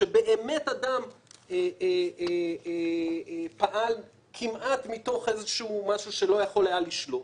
שבאמת אדם פעל כמעט מתוך משהו שלא היה בשליטתו.